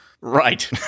Right